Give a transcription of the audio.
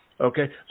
okay